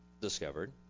discovered